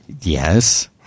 Yes